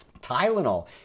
Tylenol